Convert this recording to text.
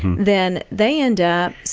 then they end up,